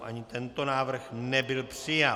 Ani tento návrh nebyl přijat.